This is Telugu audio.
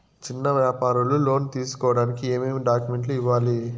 చిన్న వ్యాపారులు లోను తీసుకోడానికి ఏమేమి డాక్యుమెంట్లు ఇవ్వాలి?